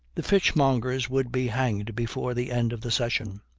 the fishmongers would be hanged before the end of the session.